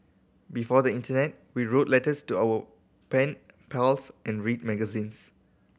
before the Internet we wrote letters to our pen pals and read magazines